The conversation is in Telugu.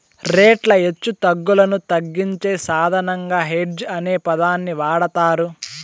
రేట్ల హెచ్చుతగ్గులను తగ్గించే సాధనంగా హెడ్జ్ అనే పదాన్ని వాడతారు